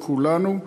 לכולנו.